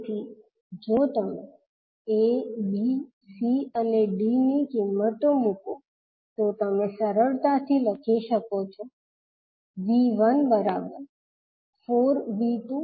તેથી જો તમે A B C અને D ની કિંમતો મૂકો તો તમે સરળતાથી લખી શકો છો V14V2 20I2 I10